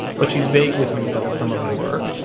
but she's vague with me about what some of them were.